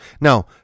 Now